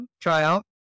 tryout